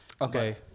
okay